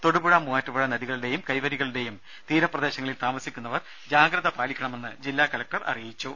തൊടുപുഴ മൂവാറ്റുപുഴ നദികളുടെയും കൈവരികളുടെയും തീരപ്രദേശങ്ങളിൽ താമസിക്കുന്നവർ ജാഗ്രത പാലിക്കണമെന്ന് ജില്ലാ കലക്ടർ അറിയിച്ചു